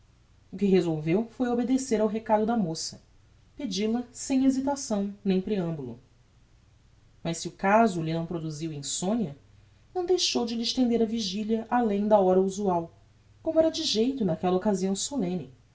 o que resolveu foi obedecer ao recado da moça pedi-la sem hesitação nem preambulo mas se o caso lhe não produziu insomnia não deixou de lhe estender a vigilia além da hora usual como era de geito naquella occasião solemne